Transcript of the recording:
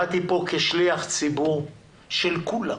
באתי לפה כשליח ציבור של כולם.